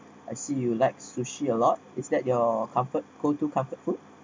I see you like sushi a lot is that your comfort go to comfort food